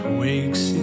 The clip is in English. wakes